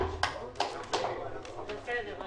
להפך